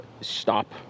stop